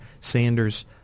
Sanders